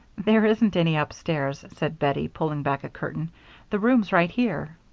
there isn't any upstairs, said bettie, pulling back a curtain the room's right here.